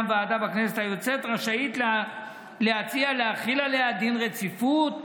ועדה בכנסת היוצאת רשאית להציע להחיל עליה דין רציפות.